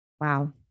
Wow